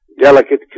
delicate